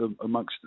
amongst